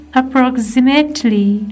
approximately